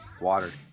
Water